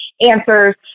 answers